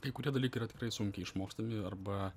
kai kurie dalykai yra tikrai sunkiai išmokstami arba